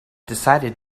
decided